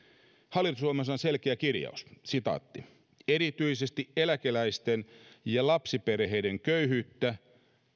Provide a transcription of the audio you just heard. hallitusohjelmassa on selkeä kirjaus erityisesti eläkeläisten ja lapsiperheiden köyhyyttä